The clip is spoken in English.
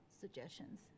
suggestions